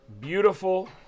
beautiful